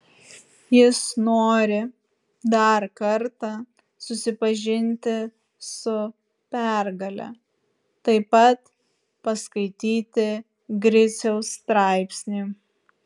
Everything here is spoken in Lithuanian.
jis nori dar kartą susipažinti su pergale taip pat paskaityti griciaus straipsnį